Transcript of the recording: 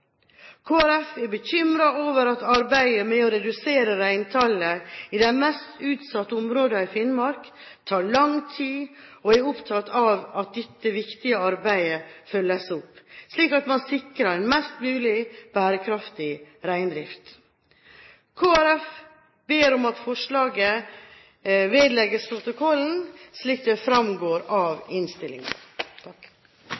Folkeparti er bekymret over at arbeidet med å redusere reintallet i de mest utsatte områdene i Finnmark tar lang tid, og er opptatt av at dette viktige arbeidet følges opp, slik at man sikrer en mest mulig bærekraftig reindrift. Kristelig Folkeparti ber om at forslaget vedlegges protokollen, slik det fremgår av